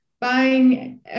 buying